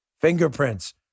Fingerprints